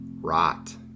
rot